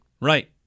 Right